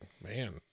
Man